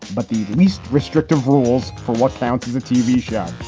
but the least restrictive rules for what counts as a tv show.